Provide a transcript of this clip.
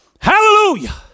Hallelujah